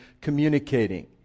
communicating